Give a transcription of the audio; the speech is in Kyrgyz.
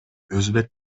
өзбек